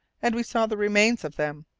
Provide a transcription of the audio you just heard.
and we saw the remains of them.